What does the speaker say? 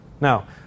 Now